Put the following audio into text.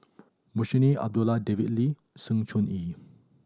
Munshi Abdullah David Lee Sng Choon Yee